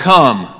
Come